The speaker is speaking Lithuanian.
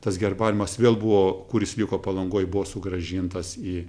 tas herbariumas vėl buvo kuris liko palangoj buvo sugrąžintas į